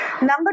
Number